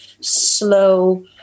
slow